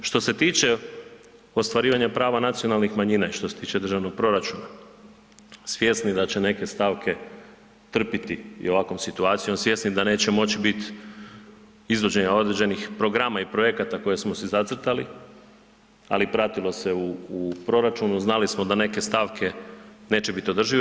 Što se tiče ostvarivanje prava nacionalnih manjina i što se tiče državnog proračuna svjesni da će neke stavke trpiti ovakvom situacijom, svjesni da neće moć biti izvođenja određenih programa i projekata koje smo si zacrtali, ali pratilo se u proračunu, znali smo da neke stavke neće biti održive.